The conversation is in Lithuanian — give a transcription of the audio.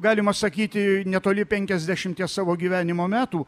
galima sakyti netoli penkiasdešimties savo gyvenimo metų